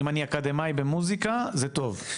אם אני אקדמאי במוזיקה זה טוב.